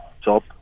job